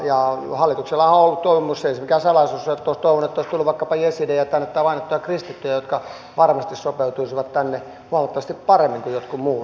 ja hallituksellahan on ollut toivomus ei se mikään salaisuus ole että olisi tullut vaikkapa jesidejä tänne tai vainottuja kristittyjä jotka varmasti sopeutuisivat tänne huomattavasti paremmin kuin jotkut muut ryhmät